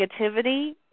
negativity